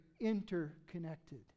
interconnected